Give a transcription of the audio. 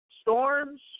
storms